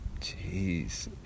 Jeez